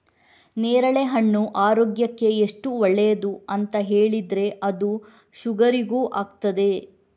ನೇರಳೆಹಣ್ಣು ಆರೋಗ್ಯಕ್ಕೆ ಎಷ್ಟು ಒಳ್ಳೇದು ಅಂತ ಹೇಳಿದ್ರೆ ಅದು ಶುಗರಿಗೂ ಆಗ್ತದೆ